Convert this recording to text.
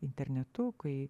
internetu kai